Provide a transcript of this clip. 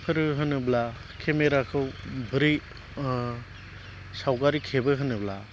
फोर होनोब्ला केमेराखौ बोरै सावगारि खेबो होनोब्ला